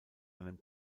einem